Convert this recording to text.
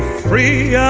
free. yeah